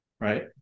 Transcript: right